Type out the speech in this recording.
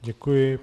Děkuji.